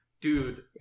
dude